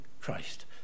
Christ